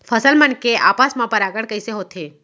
फसल मन के आपस मा परागण कइसे होथे?